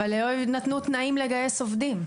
אבל לא נתנו תנאים לגייס עובדים.